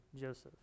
Joseph